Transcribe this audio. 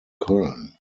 köln